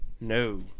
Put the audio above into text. No